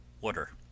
water